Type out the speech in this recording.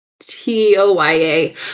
T-O-Y-A